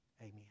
Amen